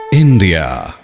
India